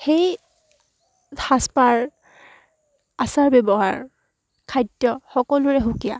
সেই সাজ পাৰ আচাৰ ব্যৱহাৰ খাদ্য সকলোৰে সুকীয়া